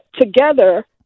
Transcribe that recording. together